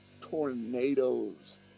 tornadoes